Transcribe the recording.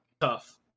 Tough